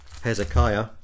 hezekiah